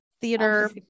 theater